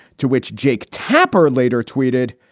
to which jake tapper later tweeted.